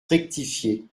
rectifié